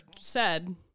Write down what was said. said-